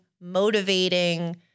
motivating